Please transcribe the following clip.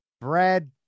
Brad